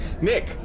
Nick